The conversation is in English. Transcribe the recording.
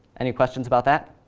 any questions about that?